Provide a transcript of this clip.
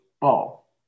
ball